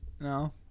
No